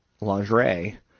lingerie